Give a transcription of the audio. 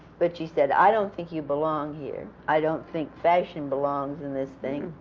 but she said, i don't think you belong here. i don't think fashion belongs in this thing.